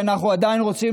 ואנחנו עדיין רוצים,